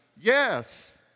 Yes